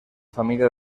familia